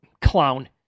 clown